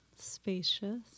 spacious